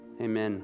Amen